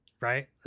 Right